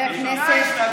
מה, השתגעתם?